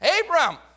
Abram